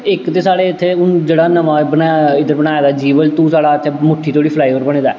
इक ते साढ़े इत्थै हून जेह्ड़ा नमां एह् बनाया इद्धर बनाए दा जीवल तों साढ़ा इत्थै मुट्ठी धोड़ी फ्लाई ओवर बने दा ऐ